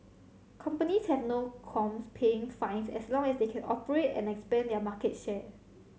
companies have no qualms paying fines as long as they can operate and expand their market share